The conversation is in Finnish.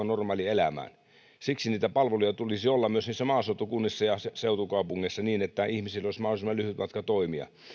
normaalielämään siksi niitä palveluja tulisi olla myös niissä maaseutukunnissa ja seutukaupungeissa että ihmisillä olisi mahdollisimman lyhyt matka toimia